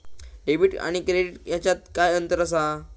Debit आणि credit ह्याच्यात काय अंतर असा?